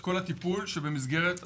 כל הטיפול שבמסגרת הסמכות,